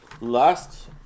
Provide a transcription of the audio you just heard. last